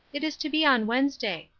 it is to be on wednesday.